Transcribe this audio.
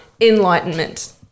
Enlightenment